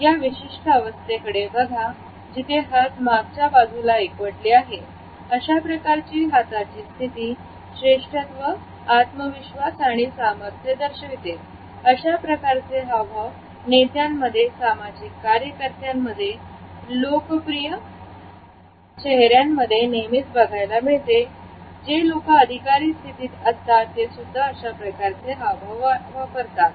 या विशिष्ट अवस्थेकडे बघा जिथे हात मागच्या बाजूला एकवटले आहेत अशा प्रकारचे हातांची स्थिती श्रेष्ठत्व आत्मविश्वास आणि सामर्थ्य दर्शविते अशा प्रकारचे हावभाव नेत्यांमध्ये सामाजिक कार्यकर्त्यांमध्ये लोकप्रिय शहरांमध्ये नेहमीच बघायला मिळते जे लोक अधिकारी स्थितीत असतात तेसुद्धा अशा प्रकारचे हावभाव वापरतात